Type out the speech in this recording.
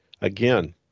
Again